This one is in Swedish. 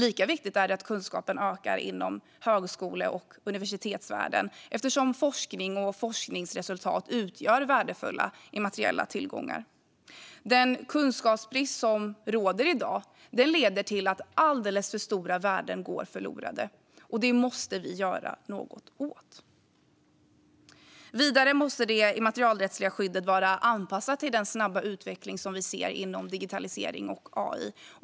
Lika viktigt är det att kunskapen ökar inom högskole och universitetsvärlden eftersom forskning och forskningsresultat utgör värdefulla immateriella tillgångar. Den kunskapsbrist som råder i dag leder till att alldeles för stora värden går förlorade. Detta måste vi göra något åt. Vidare måste det immaterialrättsliga skyddet vara anpassat till den snabba utveckling vi ser inom digitalisering och AI.